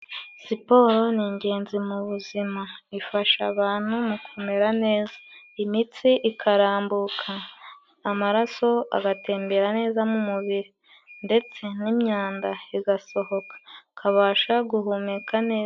Siporo ni ingenzi mu buzima. Ifasha abantu mu kumera neza, imitsi ikarambuka, amaraso agatembera neza mu mubiri, ndetse n'imyanda igasohoka, ukabasha guhumeka neza.